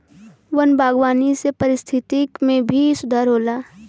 वन बागवानी से पारिस्थिकी में भी सुधार होला